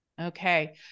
Okay